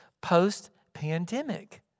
post-pandemic